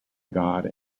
god